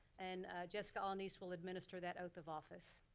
and jessica a-la-niz will administer that oath of office.